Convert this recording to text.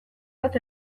bat